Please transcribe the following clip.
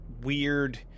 weird